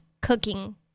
cooking